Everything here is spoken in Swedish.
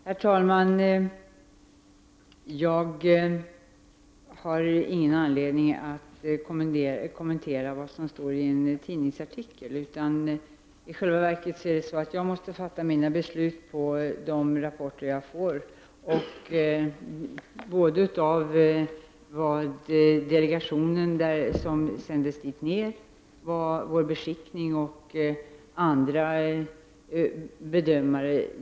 Herr talman! Jag har ingen anledning att kommentera vad som står i en tidningsartikel. Jag måste fatta mina beslut på grundval av de rapporter jag får från den delegation som sändes till Polen, från beskickningen och från andra bedömare.